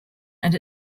and